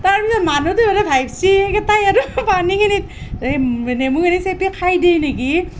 তাৰ পিছত মানুহটো অলপ ভাবছি তাই আৰু পানীখিনিত এই মানে নেমুখিনি চেপি খাই দিয়ে নেকি